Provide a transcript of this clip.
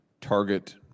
target